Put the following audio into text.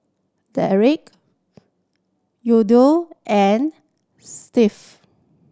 Derek Yandel and